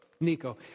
Nico